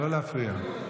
לא להפריע.